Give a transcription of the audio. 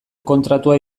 kontratua